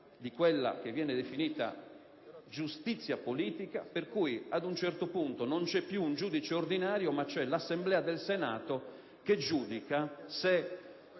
di quella che viene definita giustizia politica, per cui, a un certo punto, non è più un giudice ordinario ma l'Assemblea parlamentare a giudicare